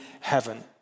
heaven